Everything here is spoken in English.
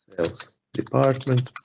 sales department,